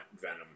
Venom